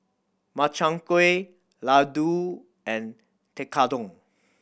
Makchang Gui Ladoo and Tekkadon